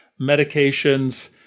medications